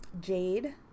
jade